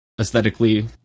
aesthetically